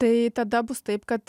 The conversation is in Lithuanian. tai tada bus taip kad